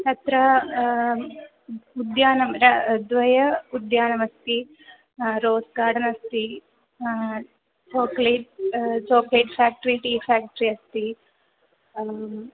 तत्र उद्यानं द्वयम् उद्याने अस्ति रोस् गार्डन् अस्ति chocolate chocolate factory tea factory अस्ति